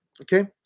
Okay